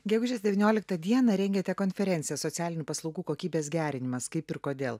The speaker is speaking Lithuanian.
gegužės devynioliktą dieną rengiate konferenciją socialinių paslaugų kokybės gerinimas kaip ir kodėl